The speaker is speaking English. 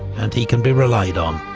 and he can be relied on.